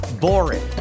boring